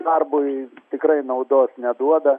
darbui tikrai naudos neduoda